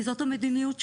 כי זו המדיניות שלו.